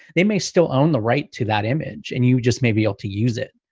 they may still own the right to that image, and you just may be able to use it.